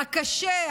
הקשה,